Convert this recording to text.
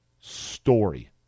story